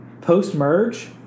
post-merge